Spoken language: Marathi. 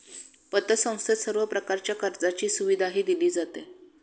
पतसंस्थेत सर्व प्रकारच्या कर्जाची सुविधाही दिली जाते